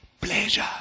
pleasure